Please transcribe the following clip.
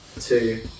two